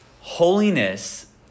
holiness